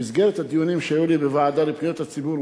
במסגרת הדיונים שהיו לי בוועדה לפניות הציבור,